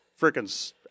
freaking